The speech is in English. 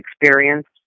experience